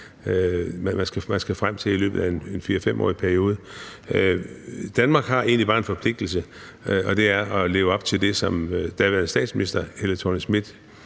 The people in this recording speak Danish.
man skal nå frem til i løbet af en 4-5-årig periode. Danmark har egentlig bare én forpligtelse, og det er at leve op til det, som daværende statsminister Helle Thorning-Schmidt